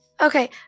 Okay